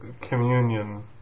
communion